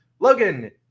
Logan